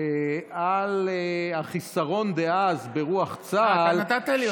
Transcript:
על החיסרון דאז ברוח צה"ל, אתה נתת לי אותו.